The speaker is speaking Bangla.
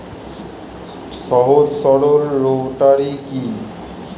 সহজ সরল রোটারি কি?